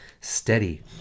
steady